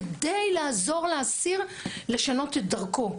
כדי לעזור לאסיר לשנות את דרכו.